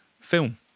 film